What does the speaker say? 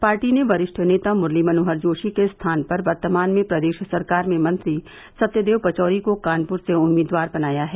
party ने वरिष्ठ नेता मुरली मनोहर जोशी के स्थान पर वर्तमान में प्रदेश सरकार में मंत्री सत्यदेव पचौरी को कानपुर से उम्मीदवार बनाया है